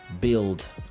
build